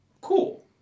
cool